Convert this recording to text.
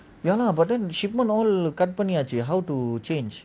ya lah but then shipment all company cut பண்ணியாச்சு:panniyachu how to change